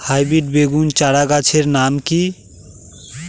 Hybrid বেগুন চারাগাছের নাম কি?